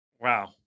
Wow